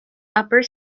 upper